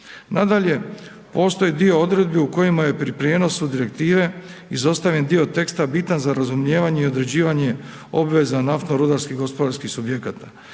Nadalje, postoje dvije odredbe u kojima je pri prijenosu Direktive izostavljen dio teksta bitan za razumijevanje i određivanje obveza naftno rudarskih gospodarskih subjekata,